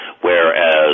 whereas